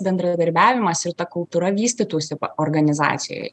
bendradarbiavimas ir ta kultūra vystytųsi pa organizacijoj